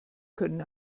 können